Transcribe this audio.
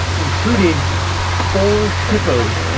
including four hippos.